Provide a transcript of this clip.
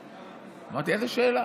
אמרתי, איזו שאלה?